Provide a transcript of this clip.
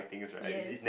yes